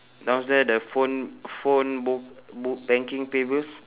downstairs the phone phone book book banking pay bills